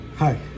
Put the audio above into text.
Hi